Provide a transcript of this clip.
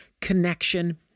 connection